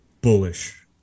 bullish